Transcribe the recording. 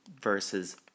versus